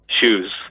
Shoes